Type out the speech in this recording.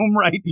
right